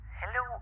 hello